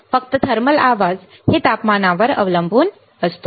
फक्त थर्मल आवाज हे तापमानावर अवलंबून असतो